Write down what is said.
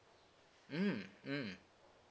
mm mm